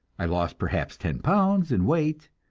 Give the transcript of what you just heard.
i lost perhaps ten pounds in weight,